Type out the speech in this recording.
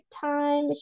time